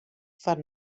foar